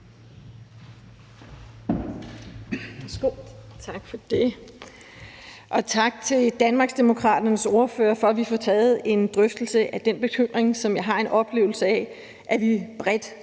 Tak for det. Og tak til Danmarksdemokraternes ordfører for, at vi får taget en drøftelse af den bekymring, som jeg har en oplevelse af vi bredt